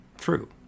true